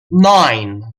nine